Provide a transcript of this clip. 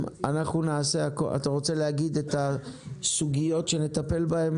אתה רוצה להגיד את הסוגיות שנטפל בהן